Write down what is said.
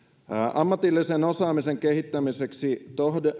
ammatillisen osaamisen kehittämiseksi